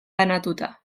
banatuta